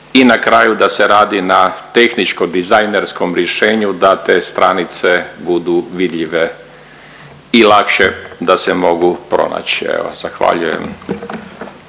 i na kraju da se radi na tehničko dizajnerskom rješenju da te stranice budu vidljive i lakše da se mogu pronaći, evo zahvaljujem.